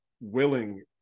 willing